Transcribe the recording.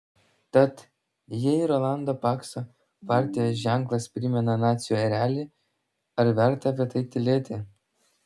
tad jei rolando pakso partijos ženklas primena nacių erelį ar verta apie tai tylėti